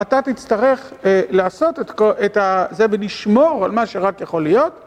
אתה תצטרך לעשות את זה ולשמור על מה שרק יכול להיות.